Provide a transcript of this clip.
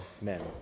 men